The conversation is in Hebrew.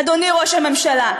אדוני ראש הממשלה.